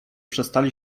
przestali